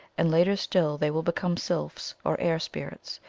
and later still they will become sylphs, or air spirits,